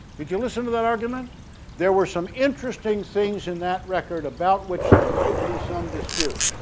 did you listen to that argument there were some interesting things in that record about which there might be some dispute